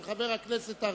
נתקבלה.